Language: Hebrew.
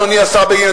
אדוני השר בגין,